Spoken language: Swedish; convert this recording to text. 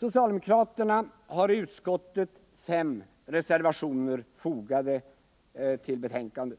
Socialdemokraterna i utskottet har fem reservationer fogade till betänkandet.